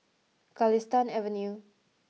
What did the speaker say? Galistan Avenue